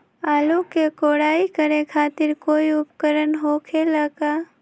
आलू के कोराई करे खातिर कोई उपकरण हो खेला का?